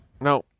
No